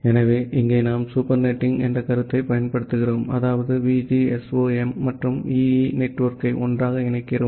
எனவே இங்கே நாம் சூப்பர்நெட்டிங் என்ற கருத்தைப் பயன்படுத்துகிறோம் அதாவது VGSOM மற்றும் EE நெட்வொர்க்கை ஒன்றாக இணைக்கிறோம்